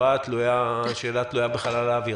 השאלה נשארה תלויה בחלל האוויר.